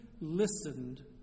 listened